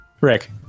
Rick